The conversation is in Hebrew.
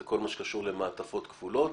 זה כל מה שקשור למעטפות כפולות.